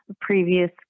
previous